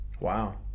Wow